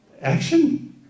action